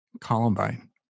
columbine